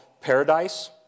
paradise